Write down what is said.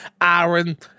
Aaron